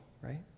right